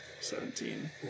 Seventeen